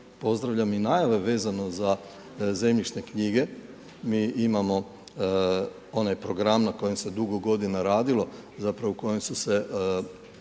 Pozdravljam i najave vezano za zemljišne knjige, mi imamo onaj program na kojem se dugo godina radilo u kojem su se